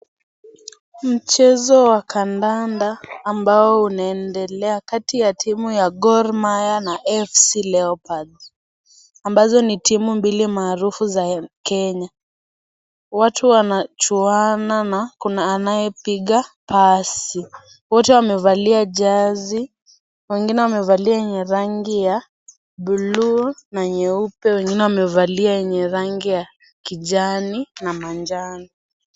Mchezo wa kandanda ambao unaendelea kati ya timu ya Gormahia na AFC Leopards ambazo ni timu mbili maarufu za Kenya. Watu wanachuana na kuna anayepiga pasi, moja amevalia jezi mwingine amevalia yenye rangi ya buluu na nyeupe na mwingine amevalia yenye rangi ya kijani na manjano.